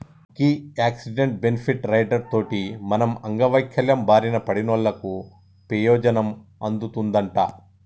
గీ accident, benefit rider తోటి మనం అంగవైవల్యం బారిన పడినోళ్ళకు పెయోజనం అందుతదంట